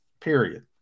period